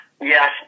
Yes